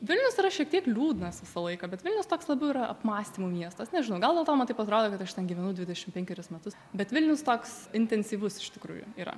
vilnius yra šiek tiek liūdnas visą laiką bet vilnius toks labiau yra apmąstymų miestas nežinau gal dėl to man taip atrodo kad aš ten gyvenau dvidešimt penkerius metus bet vilnius toks intensyvus iš tikrųjų yra